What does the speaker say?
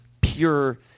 pure